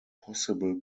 possible